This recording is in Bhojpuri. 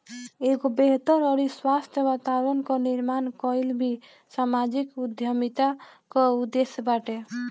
एगो बेहतर अउरी स्वस्थ्य वातावरण कअ निर्माण कईल भी समाजिक उद्यमिता कअ उद्देश्य बाटे